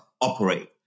operate